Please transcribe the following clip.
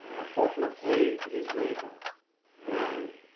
a bottle of hay for his labour well,